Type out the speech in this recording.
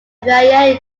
via